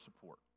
support